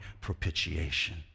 propitiation